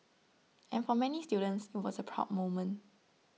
and for many students it was a proud moment